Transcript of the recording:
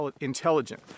intelligent